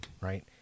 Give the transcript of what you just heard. Right